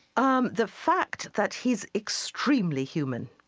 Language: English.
um the fact that he's extremely human.